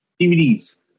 DVDs